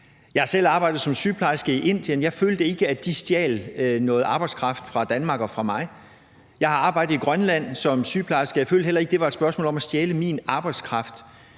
Jeg har selv arbejdet som sygeplejerske i Indien. Jeg følte ikke, at de stjal noget arbejdskraft fra Danmark og fra mig. Jeg har arbejdet i Grønland som sygeplejerske. Jeg følte heller ikke, at det var et spørgsmål om at stjæle min arbejdskraft.